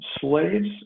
slaves